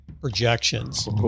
projections